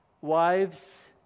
Wives